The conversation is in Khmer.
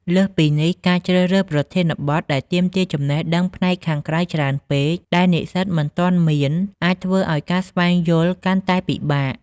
លើសពីនេះ ការជ្រើសរើសប្រធានបទដែលទាមទារចំណេះដឹងផ្នែកខាងក្រៅច្រើនពេក ដែលនិស្សិតមិនទាន់មាន អាចធ្វើឱ្យការស្វែងយល់កាន់តែពិបាក។